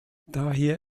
daher